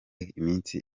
iminsi